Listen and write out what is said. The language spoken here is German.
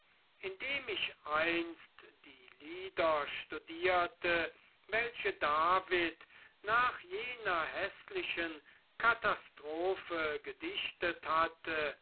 indem ich einst die lieder studierte welche david nach jener häßlichen katastrophe gedichtet hatte